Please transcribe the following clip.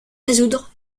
résoudre